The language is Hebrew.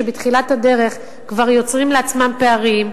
שבתחילת הדרך כבר יוצרים לעצמם פערים,